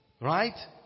Right